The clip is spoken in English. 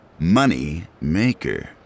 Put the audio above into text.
Moneymaker